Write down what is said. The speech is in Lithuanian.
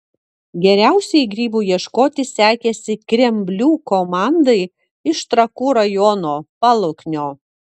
geriausiai grybų ieškoti sekėsi kremblių komandai iš trakų rajono paluknio